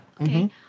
Okay